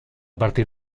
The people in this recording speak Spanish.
partir